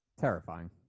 Terrifying